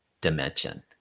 dimension